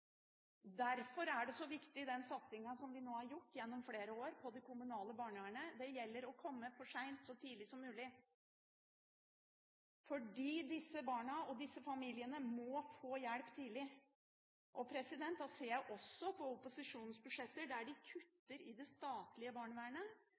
Derfor er den satsingen vi har gjort gjennom flere år når det gjelder det kommunale barnevernet, så viktig. Det gjelder å komme for seint så tidlig som mulig, fordi disse barna og disse familiene må få hjelp tidlig. Jeg ser også på opposisjonens budsjetter. De